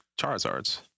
Charizards